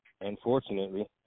Unfortunately